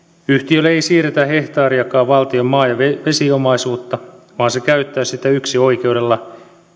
yhtiölle ei siirretä hehtaariakaan valtion maa ja vesiomaisuutta vaan se käyttää sitä yksinoikeudella